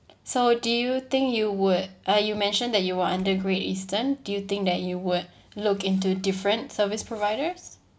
so do you think you would uh you mentioned that you are under great eastern do you think that you would look into different service providers